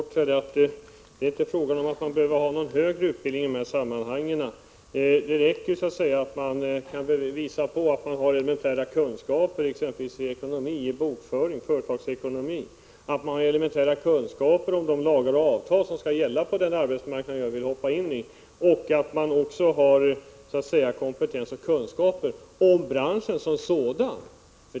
Herr talman! Det är inte fråga om att behöva ha någon högre utbildning i dessa sammanhang. Det räcker med att man kan visa att man har elementära kunskaper i exempelvis ekonomi, bokföring, företagsekonomi, och att man har elementära kunskaper om de lagar och avtal som gäller på den arbetsmarknad där man vill etablera sig. Man skall också ha kompetens och kunskaper om branschen som sådan.